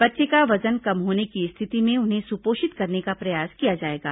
बच्चे का वजन कम होने की स्थिति में उन्हें सुपोषित करने का प्रयास किया जाएगा